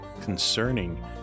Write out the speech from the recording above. concerning